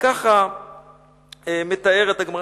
וככה מתארת הגמרא,